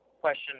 question